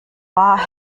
wahr